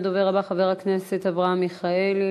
הדובר הבא, חבר הכנסת אברהם מיכאלי.